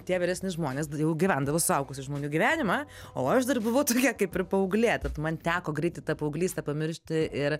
tie vyresni žmonės d jau gyvendavo suaugusių žmonių gyvenimą o aš dar buvau tokia kaip ir paauglė tad man teko greitai tą paauglystę pamiršti ir